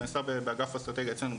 הוא נעשה באגף אסטרטגיה אצלנו,